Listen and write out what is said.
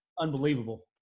unbelievable